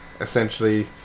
essentially